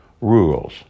rules